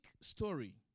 story